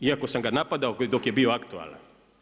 Iako sam ga napadao dok je bio aktualan.